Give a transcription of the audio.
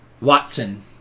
Watson